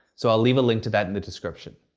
so i'll leave a link to that in the description.